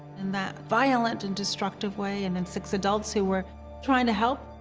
in that violent and destructive way. and then six adults who were trying to help.